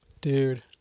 Dude